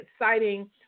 exciting